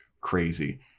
crazy